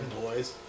boys